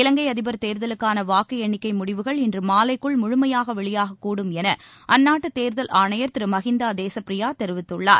இலங்கை அதிபர் தேர்தலுக்கான வாக்கு எண்ணிக்கை முடிவுகள் இன்று மாலைக்குள் முழுமையாக வெளியாகக் கூடும் என் அந்நாட்டு தேர்தல் ஆணையர் திரு மஹிந்தா தேசப்பிரியா தெரிவித்துள்ளார்